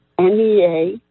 NEA